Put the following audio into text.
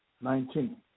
Nineteen